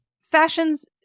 fashions